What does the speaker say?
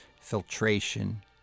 filtration